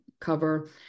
cover